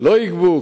לא יגבו,